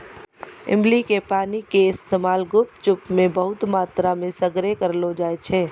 इमली के पानी के इस्तेमाल गुपचुप मे बहुते मात्रामे सगरे करलो जाय छै